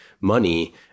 money